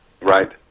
Right